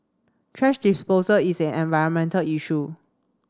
trash disposal is an environmental issue